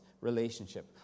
relationship